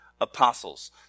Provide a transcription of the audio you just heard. apostles